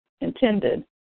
intended